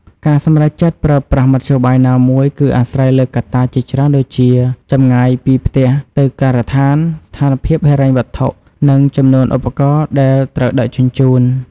ការសម្រេចចិត្តប្រើប្រាស់មធ្យោបាយណាមួយគឺអាស្រ័យលើកត្តាជាច្រើនដូចជាចម្ងាយពីផ្ទះទៅការដ្ឋាន ស្ថានភាពហិរញ្ញវត្ថុ និងចំនួនឧបករណ៍ដែលត្រូវដឹកជញ្ជូន។